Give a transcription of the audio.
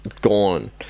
gone